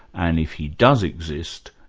and if he does exist,